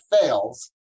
fails